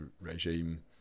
regime